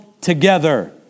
together